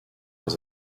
has